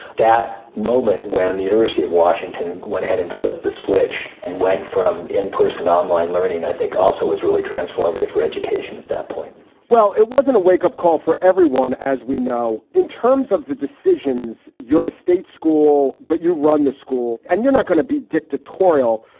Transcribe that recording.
that moment when the university of washington went ahead and flipped the switch and went from in-person online learning. i think also is really transformative for education at that point well, it wasn't a wakeup call for everyone, as we know in terms of the decisions your state school. but you run the school and you're not going to be dictatorial.